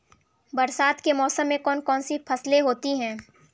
बरसात के मौसम में कौन कौन सी फसलें होती हैं?